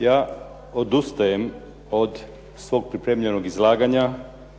Ja odustajem od svog pripremljenog izlaganja